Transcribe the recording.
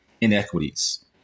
inequities